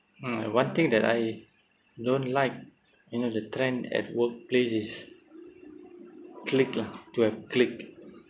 uh one thing that I don't like you know the trend at work workplace is clique lah to have clique uh